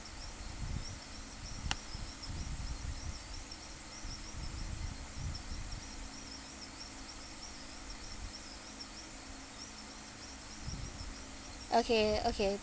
okay okay